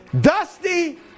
Dusty